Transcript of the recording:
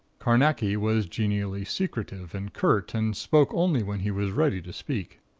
carnacki was genially secretive and curt, and spoke only when he was ready to speak.